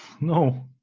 No